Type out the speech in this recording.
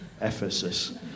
Ephesus